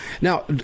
Now